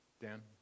Dan